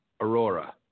Aurora